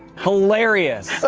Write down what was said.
hilarious.